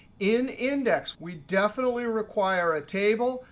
in index, we definitely require a table,